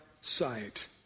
sight